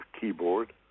keyboard